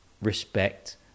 respect